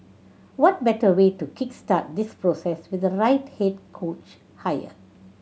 what better way to kick start this process with the right head coach hire